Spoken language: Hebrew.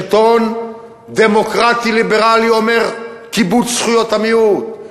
שלטון דמוקרטי ליברלי זה אומר כיבוד זכויות המיעוט,